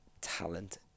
Talent